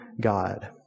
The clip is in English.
God